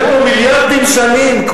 אתם פה מיליארדים שנים.